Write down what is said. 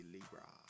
Libra